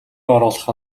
оруулах